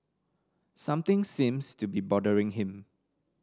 something seems to be bothering him